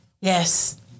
yes